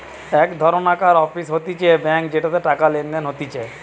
এক ধরণকার অফিস হতিছে ব্যাঙ্ক যেটাতে টাকা লেনদেন হতিছে